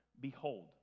behold